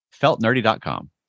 Feltnerdy.com